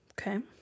okay